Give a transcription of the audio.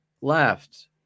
left